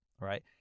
right